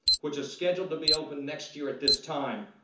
which is scheduled to be open next year at this time.